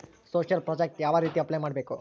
Social project ಯಾವ ರೇತಿ apply ಮಾಡಬೇಕು?